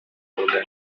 poland